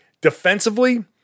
defensively